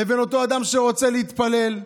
לבין אותו אדם שרוצה להתפלל,